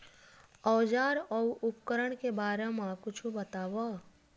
औजार अउ उपकरण के बारे मा कुछु बतावव?